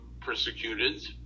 persecuted